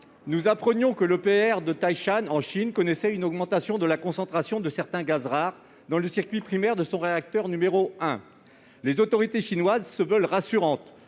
nous apprenions que l'EPR de Taishan, en Chine, connaissait une augmentation de la concentration de certains gaz rares dans le circuit primaire de son réacteur n° 1. Les autorités chinoises se veulent rassurantes,